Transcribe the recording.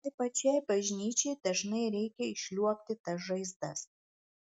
tai pačiai bažnyčiai dažnai reikia išliuobti tas žaizdas